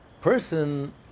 Person